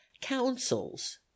councils